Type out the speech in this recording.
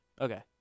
Okay